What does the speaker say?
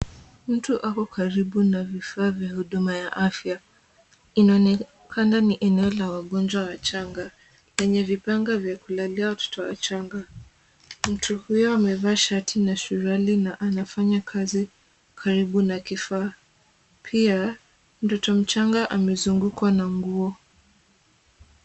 Mtu ako karibu na vifaa vya huduma ya afya, inaonekana ni eneo la wagonjwa wachanga, lenye vitanda vya kulalia watoto wachanga. Mtu huyo amevaa shati na suruali na anafanya kazi karibu na kifaa. Pia mtoto mchanga amezungukwa na nguo.